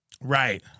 Right